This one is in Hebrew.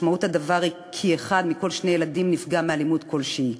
משמעות הדבר היא שאחד מכל שני ילדים נפגע מאלימות כלשהי.